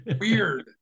Weird